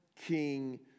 king